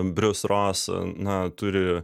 brius ros na turi